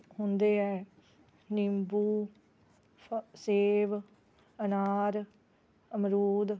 ਹੁੰਦੇ ਹੈ ਨਿੰਬੂ ਫ ਸੇਬ ਅਨਾਰ ਅਮਰੂਦ